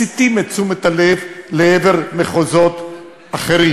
מסיטים את תשומת הלב לעבר מחוזות אחרים.